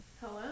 Hello